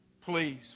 please